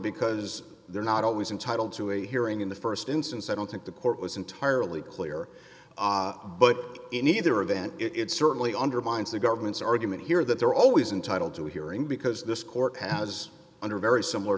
because they're not always entitle to a hearing in the st instance i don't think the court was entirely clear but in either event it certainly undermines the government's argument here that they're always entitle to hearing because this court has under very similar